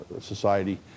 society